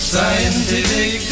Scientific